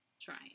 trying